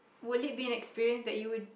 will it be an experience that you would